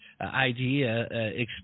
idea